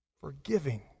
Forgiving